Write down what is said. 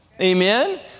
Amen